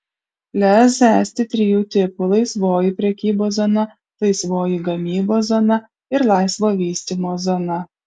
lez esti trijų tipų laisvoji prekybos zona laisvoji gamybos zona ir laisvo vystymo zona